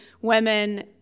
women